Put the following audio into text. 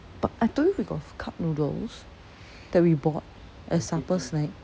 but I told you we got cup noodles that we bought as supper snack